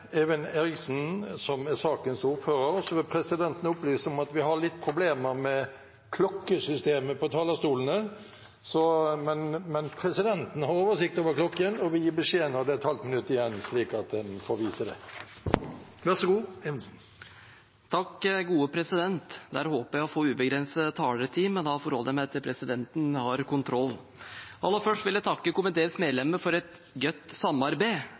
vil opplyse om at vi har litt problemer med klokkesystemet på talerstolen, men presidenten har oversikt over klokken og vil gi beskjed når det er et halvt minutt igjen. Der håpet jeg å få ubegrenset taletid, men da forholder jeg meg til at presidenten har kontroll! Aller først vil jeg takke komiteens medlemmer for godt samarbeid.